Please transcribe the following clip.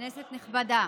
כנסת נכבדה,